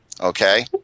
Okay